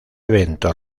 evento